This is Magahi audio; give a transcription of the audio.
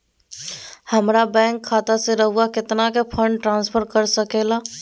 हमरा बैंक खाता से रहुआ कितना का फंड ट्रांसफर कर सके ला?